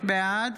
בעד